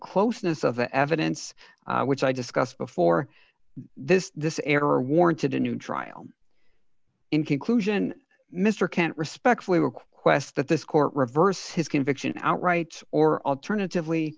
closeness of the evidence which i discussed before this this error warranted a new trial in conclusion mr kent respectfully request that this court reverse his conviction outright or alternatively